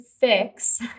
fix